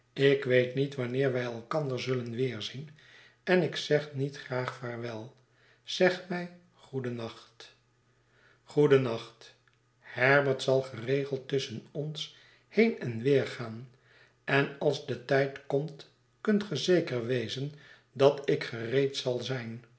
ik weet niet wanneer wij elkander zullen weerzien en ik zeg niet graag vaarwel zeg mij goedennacht goedennacht herbert zal geregeld tusschen ons heen en weergaan en als de tijd komt kunt ge zeker wezen dat ik gereed zal zijn